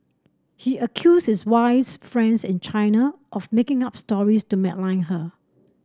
he accused his wife's friends in China of making up stories to malign her